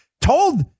told